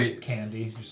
candy